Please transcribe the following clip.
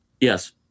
Yes